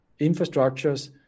infrastructures